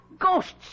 Ghosts